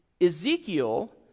Ezekiel